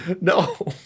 no